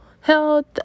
health